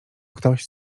ktoś